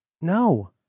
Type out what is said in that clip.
No